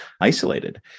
isolated